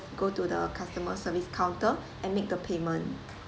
go to the customer service counter and make the payment